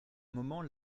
moment